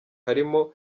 harimo